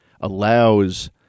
allows